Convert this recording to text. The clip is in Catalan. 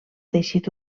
teixit